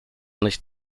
nicht